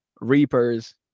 reapers